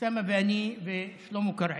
אוסאמה ואני ושלמה קרעי,